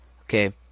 Okay